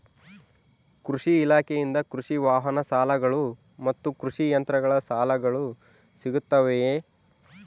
ಕೃಷಿ ಇಲಾಖೆಯಿಂದ ಕೃಷಿ ವಾಹನ ಸಾಲಗಳು ಮತ್ತು ಕೃಷಿ ಯಂತ್ರಗಳ ಸಾಲಗಳು ಸಿಗುತ್ತವೆಯೆ?